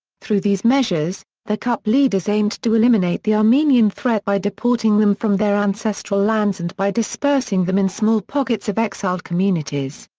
through these measures, the cup leaders aimed to eliminate the armenian threat by deporting them from their ancestral lands and by dispersing them in small pockets of exiled communities.